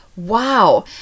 Wow